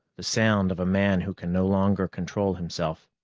the sound of a man who can no longer control himself.